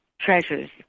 treasures